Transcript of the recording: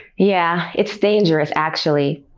yeah, it's dangerous, actually.